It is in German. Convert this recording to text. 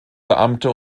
beamte